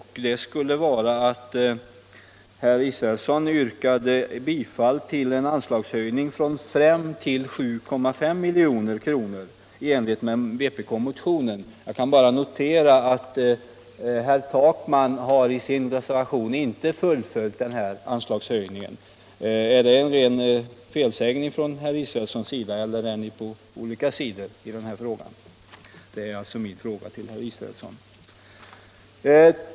Herr Israelsson yrkade bifall till en anslagshöjning från 5 milj.kr. till 7,5 milj.kr. i enlighet med vpk-motionen. Jag kan bara notera att herr Takman i sin reservation inte har fullföljt kravet på en sådan anslagshöjning. Är det en ren felsägning från herr Israelssons sida eller har ni olika uppfattningar i den här frågan?